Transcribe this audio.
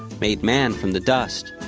made man from the dust,